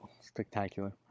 spectacular